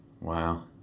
Wow